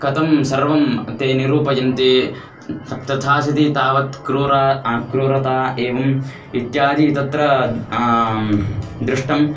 कथं सर्वं ते निरूपयन्ति तथा सति तावत् क्रूरा क्रूरता एवम् इत्यादि तत्र दृष्टम्